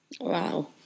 Wow